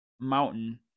mountain